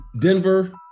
Denver